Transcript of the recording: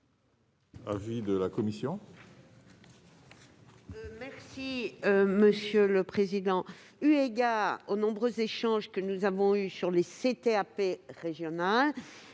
l'avis de la commission ?